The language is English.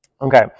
Okay